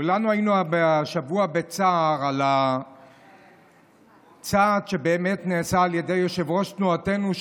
כולנו היינו השבוע בצער על הצעד שנעשה על ידי יושב-ראש תנועתנו,